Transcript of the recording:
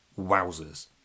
Wowzers